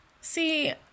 See